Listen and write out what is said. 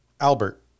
Albert